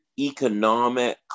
economic